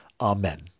Amen